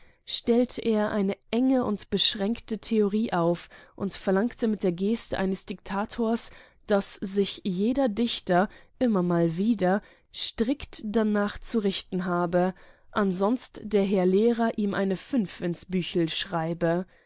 stellte er eine enge und beschränkte theorie auf und verlangte mit der geste eines diktators daß sich jeder dichter immer mal wieder strikt danach zu richten habe ansonst der herr lehrer ihm eine fünf ins büchel schreibe